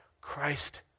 Christ